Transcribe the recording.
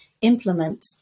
implement